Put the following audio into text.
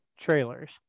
trailers